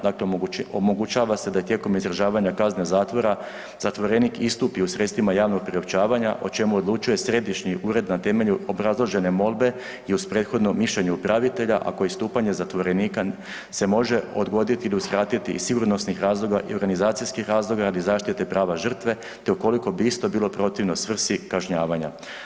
Dakle, omogućava se da tijekom izdržavanja kazne zatvora zatvorenik istupi u sredstvima javnog priopćavanja o čemu odlučuje Središnji ured na temelju obrazložene molbe i uz prethodno mišljenje upravitelja, a koji istupanje zatvorenika se može odgoditi ili uskratiti iz sigurnosnih razloga i organizacijskih razloga ili zaštite prava žrtve te ukoliko bi isto bilo protivno svrsi kažnjavanja.